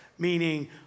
meaning